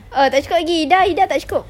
err tak cukup lagi ida ida tak cukup